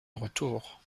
retour